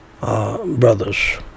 brothers